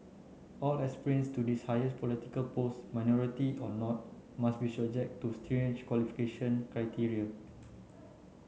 all aspirants to this highest political post minority or not must be subject to stringent qualification criteria